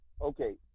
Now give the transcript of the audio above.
Okay